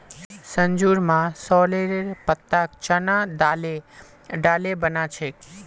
संजूर मां सॉरेलेर पत्ताक चना दाले डाले बना छेक